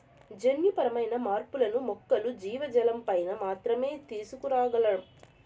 జన్యుపరమైన మార్పులను మొక్కలు, జీవజాలంపైన మాత్రమే తీసుకురాగలం